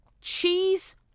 cheese